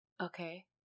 Okay